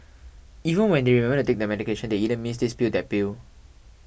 even when they remember to take their medication they either miss this pill that pill